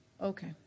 Okay